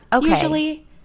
usually